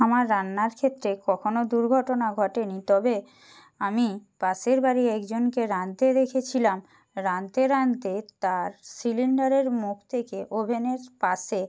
আমার রান্নার ক্ষেত্রে কখনও দুর্ঘটনা ঘটেনি তবে আমি পাশের বাড়ির একজনকে রাঁধতে দেখেছিলাম রাঁধতে রাঁধতে তার সিলিন্ডারের মুখ থেকে ওভেনের পাশে